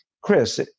Chris